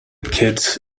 kids